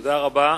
תודה רבה.